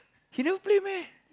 he never play meh